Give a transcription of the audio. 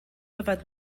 yfed